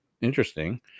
interesting